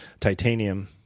titanium